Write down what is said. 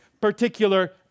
particular